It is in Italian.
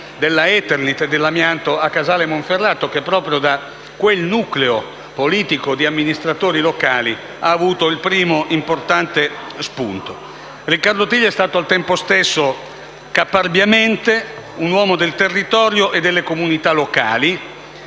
della Eternit, dell'amianto a Casale Monferrato, che proprio da quel nucleo politico di amministratori locali ha avuto il primo ed importante spunto. Riccardo Triglia è stato al tempo stesso, caparbiamente, un uomo del territorio e delle comunità locali,